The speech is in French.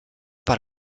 par